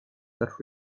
that